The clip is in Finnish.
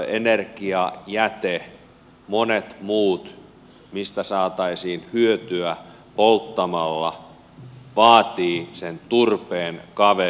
energiapuu energiajäte monet muut mistä saataisiin hyötyä polttamalla vaativat sen turpeen kaverikseen